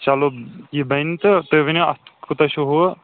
چلو یہِ بَنہِ تہٕ تُہۍ ؤنِو اتھ کوتاہ چھُ ہُہ